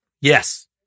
Yes